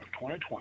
2020